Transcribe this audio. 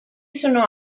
sono